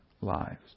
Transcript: lives